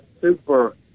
super